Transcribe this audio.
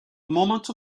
moment